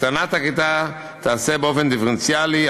הקטנת הכיתה תיעשה באופן דיפרנציאלי,